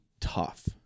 Tough